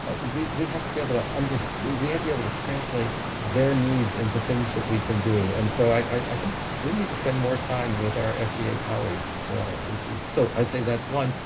but we we have to be able to understand, we have be able to translate their needs into things that we can do and so i think we need to spend more time with our fda colleagues so i'd say that's one.